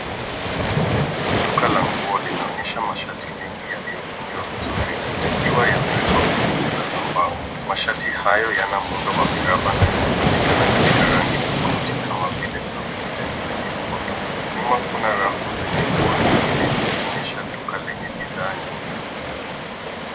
Duka la nguo linaonyesha mashati mengi yaliyokunjwa vizuri yakiwa yamewekwa kwenye meza za mbao. Mashati hayo yana muundo wa miraba na yanapatikana katika rangi tofauti kama vile buluu, kijani na nyekundu. Nyuma kuna rafu zenye nguo zingine zikionyesha duka lenye bidhaa nyingi.